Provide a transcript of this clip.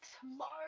Tomorrow